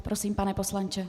Prosím, pane poslanče.